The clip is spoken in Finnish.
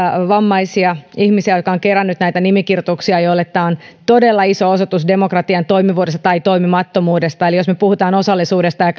vammaisia ihmisiä jotka ovat keränneet näitä nimikirjoituksia joille tämä on todella iso osoitus demokratian toimivuudesta tai toimimattomuudesta eli jos me puhumme osallisuudesta ja